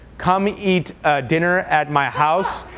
come eat dinner at my house.